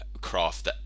craft